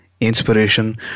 inspiration